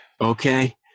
Okay